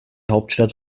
hauptstadt